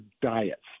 diets